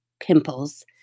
pimples